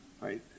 right